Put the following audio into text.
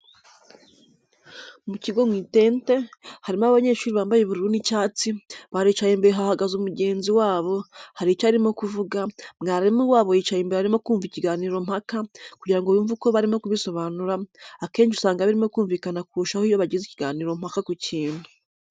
Mu kigo mu itente, harimo abanyeshuri bambaye ubururu n'icyatsi, baricaye imbere hahagaze mugenzi wabo, hari icyo arimo kuvuga, mwarimu wabo yicaye imbere arimo kumva ikiganirompaka kugira ngo yumve uko barimo kubisobanura, akenshi usanga birimo kumvikana kurushaho iyo bagize ikiganirompaka ku kintu.